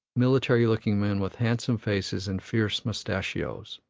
military-looking men, with handsome faces and fierce mustashios.